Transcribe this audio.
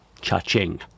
cha-ching